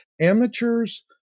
Amateurs